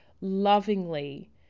lovingly